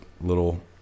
little